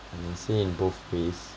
you can say in both ways